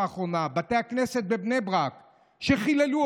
האחרונה: בתי הכנסת בבני ברק שחיללו,